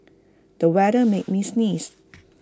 the weather made me sneeze